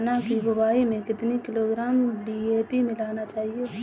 चना की बुवाई में कितनी किलोग्राम डी.ए.पी मिलाना चाहिए?